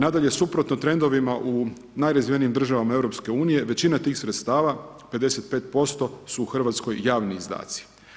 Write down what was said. Nadalje, suprotno trendovima u najrazvijenijim državama EU većina tih sredstava 55% su u Hrvatskoj javni izdaci.